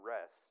rest